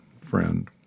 friend